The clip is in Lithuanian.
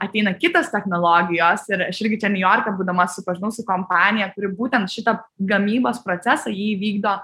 ateina kitos technologijos ir aš irgi čia niujorke būdama susipažinau su kompanija kuri būtent šitą gamybos procesą jį vykdo